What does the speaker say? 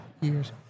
years